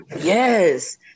Yes